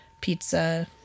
pizza